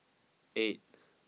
eight